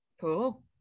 cool